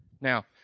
Now